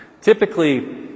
typically